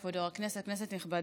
כבוד יו"ר הכנסת, כנסת נכבדה,